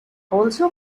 also